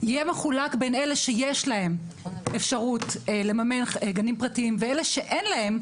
יהיה מחולק בין אלה שיש להם אפשרות לממן גנים פרטיים לאלה שאין להם,